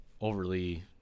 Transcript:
overly